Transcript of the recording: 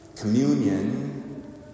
Communion